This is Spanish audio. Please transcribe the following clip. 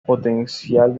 potencial